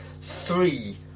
three